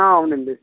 ఆ అవునండి